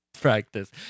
practice